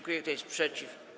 Kto jest przeciw?